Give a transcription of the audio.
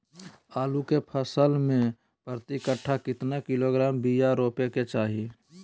आलू के फसल में प्रति कट्ठा कितना किलोग्राम बिया रोपे के चाहि?